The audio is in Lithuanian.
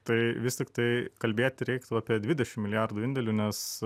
tai vis tiktai kalbėti reiktų apie dvidešim milijardų indėlių nes